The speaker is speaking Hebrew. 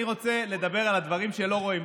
אני רוצה לדבר על הדברים שלא רואים.